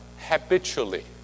habitually